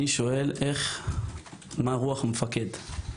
אני שואל, מה רוח המפקד?